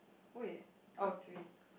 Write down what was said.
wait oh three